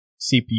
cpu